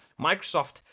Microsoft